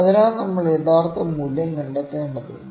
അതിനാൽ നമ്മൾ യഥാർത്ഥ മൂല്യം കണ്ടെത്തേണ്ടതുണ്ട്